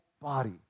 body